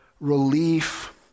relief